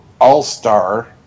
all-star